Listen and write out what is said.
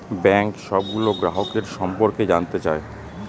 bank সবগুলো গ্রাহকের সম্পর্কে জানতে চায়